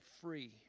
free